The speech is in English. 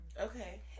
Okay